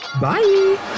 Bye